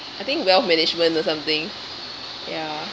I think wealth management or something ya